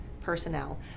personnel